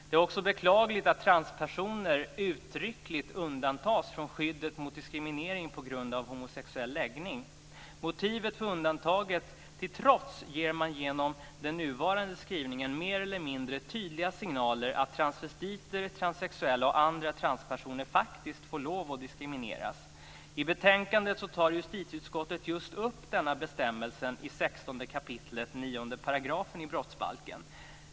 Det är också beklagligt att transpersoner uttryckligt undantas från skyddet mot diskriminering på grund av homosexuell läggning. Med undantaget ger man, motivet till trots, genom den nuvarande skrivningen mer eller mindre signaler att transvestiter, transsexuella och andra transpersoner faktiskt får diskrimineras. I betänkandet tar justitieutskottet just upp denna bestämmelse i 16 kap. 9 § i brottsbalken.